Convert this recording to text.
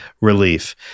relief